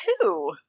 two